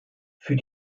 für